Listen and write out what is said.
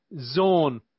zone